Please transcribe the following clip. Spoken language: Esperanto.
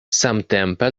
samtempe